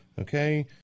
Okay